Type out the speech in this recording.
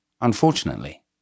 Unfortunately